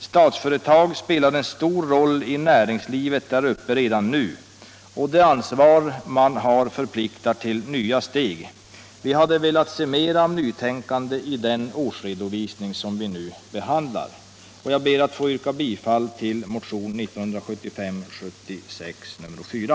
Statsföretag AB spelar en stor roll i näringslivet där uppe redan nu, och det ansvar man har förpliktar till nya steg. Vi hade velat se mera av nytänkande i den årsredovisning som vi nu behandlar. Herr talman! Jag ber att få yrka bifall till motionen 1975/76:4.